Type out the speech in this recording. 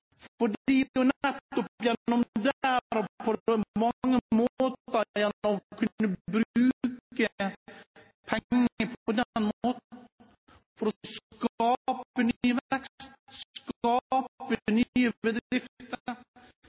det er jo nettopp gjennom det å kunne bruke penger på den måten at man skaper ny vekst,